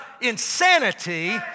insanity